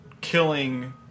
killing